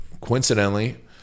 coincidentally